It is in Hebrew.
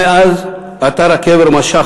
אתר הקבר משך